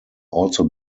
also